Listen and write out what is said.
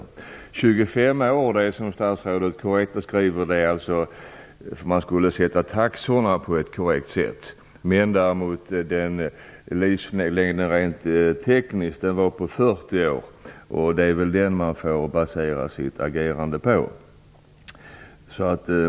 Tidsangivelsen 25 år görs, som statsrådet helt riktigt säger, för sättande av taxorna på ett korrekt vis. Den rent tekniska livslängden är däremot 40 år, och det är väl den som man får basera sitt agerande på.